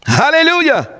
hallelujah